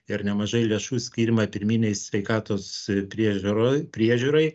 ir nemažai lėšų skiriama pirminei sveikatos priežiūroj priežiūrai